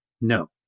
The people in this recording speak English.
No